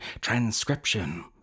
transcription